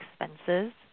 expenses